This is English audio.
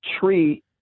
tree